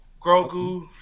Grogu